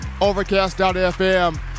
Overcast.fm